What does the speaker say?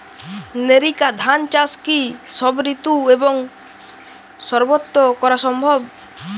NERICA ধান চাষ কি সব ঋতু এবং সবত্র করা সম্ভব?